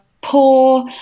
poor